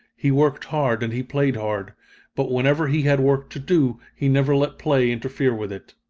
he worked hard and he played hard but whenever he had work to do, he never let play interfere with it.